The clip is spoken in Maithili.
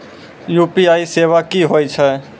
यु.पी.आई सेवा की होय छै?